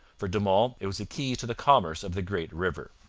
for de monts it was a key to the commerce of the great river.